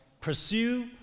Pursue